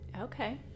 Okay